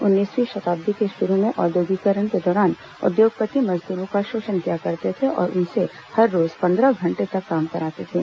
उन्नीसवीं शताब्दी के शुरू में औद्योगीकरण के दौरान उद्योगपति मजदूरों का शोषण किया करते थे और उनसे हर रोज पन्द्रह घंटे तक काम कराते थे